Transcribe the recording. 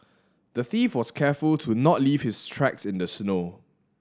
the thief was careful to not leave his tracks in the snow